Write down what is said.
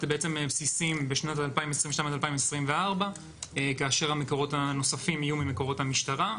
בסיסים בשנת 2022 עד 2024. המקורות הנוספים יהיו ממקורות המשטרה.